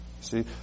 See